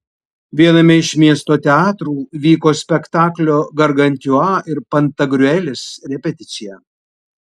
viename iš miesto teatrų vyko spektaklio gargantiua ir pantagriuelis repeticija